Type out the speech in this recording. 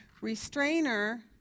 Restrainer